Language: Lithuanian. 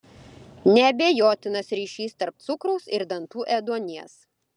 neabejotinas ryšys tarp cukraus ir dantų ėduonies